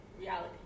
reality